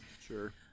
Sure